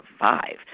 survive